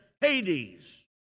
Hades